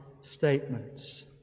statements